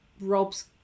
Rob's